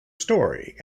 story